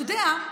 אתה יודע,